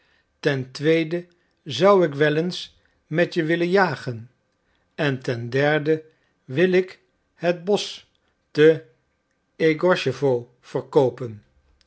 ten tweede zou ik wel eens met je willen jagen en ten derde wil ik het bosch te egorschewo verkoopen